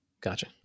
Gotcha